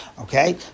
Okay